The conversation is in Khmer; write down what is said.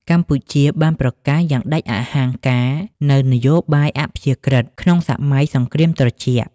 កម្ពុជាបានប្រកាសយ៉ាងដាច់អហង្ការនូវ "នយោបាយអព្យាក្រឹត" ក្នុងសម័យសង្គ្រាមត្រជាក់។